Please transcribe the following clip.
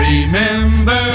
Remember